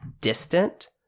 distant